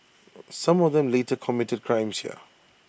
some of them later committed crimes here